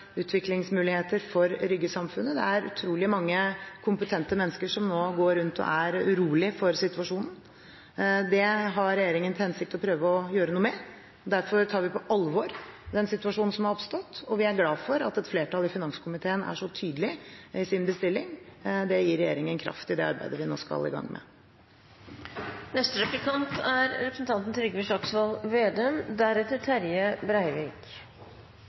utviklingsmuligheter for Rygge-samfunnet. Det er utrolig mange kompetente mennesker som nå går rundt og er urolige for situasjonen. Det har regjeringen til hensikt å prøve å gjøre noe med. Derfor tar vi på alvor den situasjonen som har oppstått, og vi er glad for at et flertall i finanskomiteen er så tydelig i sin bestilling. Det gir regjeringen kraft i det arbeidet vi nå skal i gang med. Det er